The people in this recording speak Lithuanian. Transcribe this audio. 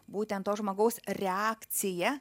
būtent to žmogaus reakciją